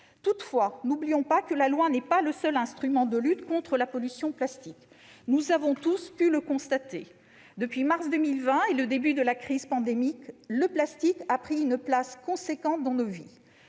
Toutefois, n'oublions pas que la loi n'est pas le seul instrument de lutte contre la pollution par le plastique ! Nous avons tous pu le constater, depuis mars 2020 et le début de la crise pandémique, le plastique a pris une place importante dans nos vies